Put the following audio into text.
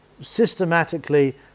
systematically